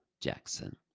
Jackson